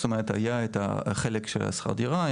זאת אומרת היה את החלק של שכר הדירה,